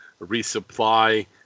resupply